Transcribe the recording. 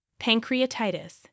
Pancreatitis